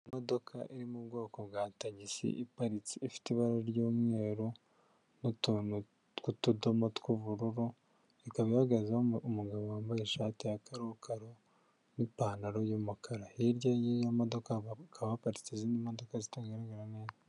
Imodoka iri mu bwoko bwa tagisi iparitse ifite ibara ry'umweru n'utuntu tw'utudomo tw'ubururu ikaba ihagaze, umugabo wambaye ishati ya kakaro n'ipantaro y'umukara, hirya y'iyo modoka hakaba hparitse izindi modoka zitaranye neza.